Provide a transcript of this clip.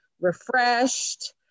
refreshed